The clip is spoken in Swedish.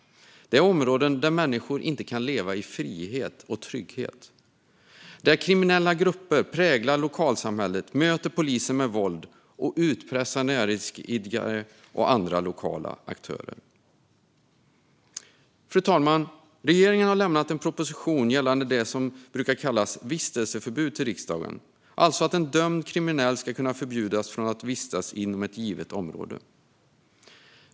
Det är områden där människor inte kan leva i frihet och trygghet och där kriminella grupper präglar lokalsamhället. Dessa möter polisen med våld. Och de utpressar näringsidkare och andra lokala aktörer. Fru talman! Regeringen har lämnat en proposition till riksdagen gällande det som brukar kallas vistelseförbud, alltså att en dömd kriminell ska kunna förbjudas att vistas inom ett givet område.